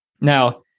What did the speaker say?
Now